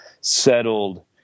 settled